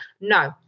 no